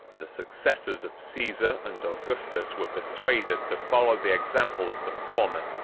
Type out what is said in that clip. the successors of caesar and augustus were persuaded to follow the example of the former,